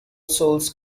souls